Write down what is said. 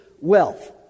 wealth